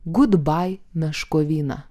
gudbai meškovina